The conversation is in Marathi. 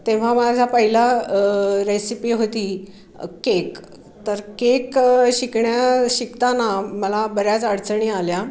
तेव्हा माझा पहिला रेसिपी होती केक तर केक शिकण्या शिकताना मला बऱ्याच अडचणी आल्या